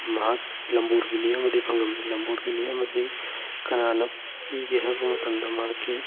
ꯃꯍꯥꯛ ꯂꯝꯕꯣꯔꯒꯤꯅꯤ ꯑꯃꯗꯤ ꯐꯪꯉꯝꯃꯤ ꯂꯝꯕꯣꯔꯒꯤꯅꯤ ꯑꯃꯁꯤ ꯀꯅꯥꯅ ꯄꯤꯒꯦ ꯍꯥꯏꯕ ꯃꯇꯝꯗ ꯃꯍꯥꯛꯀꯤ